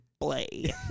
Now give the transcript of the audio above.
play